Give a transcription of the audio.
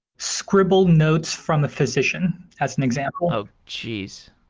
scribble notes from a physician, that's an example oh, geez.